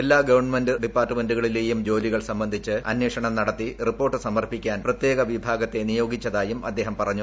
എല്ലാ ഗവണ്മെന്റ ഡിപ്പാർട്ട്മെന്റുകളിലേയും ജോലികൾ സംബന്ധിച്ച് അന്വേഷണം നടത്തി റിപ്പോർട്ട് സമർപ്പിക്കാൻ പ്രത്യേക വിഭാഗത്തെ നിയോഗിച്ചതായും അദ്ദേഹം പറഞ്ഞു